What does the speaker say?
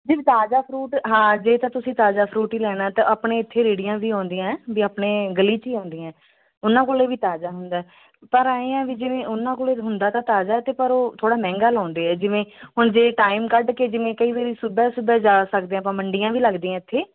ਨਹੀਂ ਤਾਜ਼ਾ ਫਰੂਟ ਹਾਂ ਜੇ ਤਾਂ ਤੁਸੀਂ ਤਾਜ਼ਾ ਫਰੂਟ ਹੀ ਲੈਣਾ ਤਾਂ ਆਪਣੇ ਇੱਥੇ ਰੇਹੜੀਆਂ ਵੀ ਆਉਂਦੀਆਂ ਵੀ ਆਪਣੇ ਗਲੀ 'ਚ ਹੀ ਆਉਂਦੀਆਂ ਉਹਨਾਂ ਕੋਲ ਵੀ ਤਾਜ਼ਾ ਹੁੰਦਾ ਪਰ ਆਂਏਂ ਆ ਵੀ ਜਿਵੇਂ ਉਹਨਾਂ ਕੋਲ ਹੁੰਦਾ ਤਾਂ ਤਾਜ਼ਾ ਅਤੇ ਪਰ ਉਹ ਥੋੜ੍ਹਾ ਮਹਿੰਗਾ ਲਾਉਂਦੇ ਆ ਜਿਵੇਂ ਹੁਣ ਜੇ ਟਾਈਮ ਕੱਢ ਕੇ ਜਿਵੇਂ ਕਈ ਵਾਰੀ ਸੁਬਹਾ ਸੁਬਹਾ ਜਾ ਸਕਦੇ ਆਪਾਂ ਮੰਡੀਆਂ ਵੀ ਲੱਗਦੀਆਂ ਇੱਥੇ